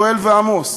יואל ועמוס,